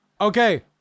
Okay